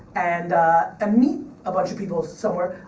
and and meet a bunch of people somewhere.